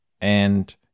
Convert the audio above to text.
and-